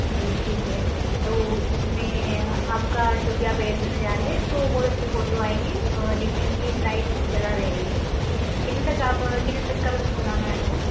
जी ठीक है तो इसमें आपका जो भी आप एड देने जा रहे हैं तो बहुत अच्छे फोटो आयेंगे